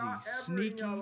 sneaky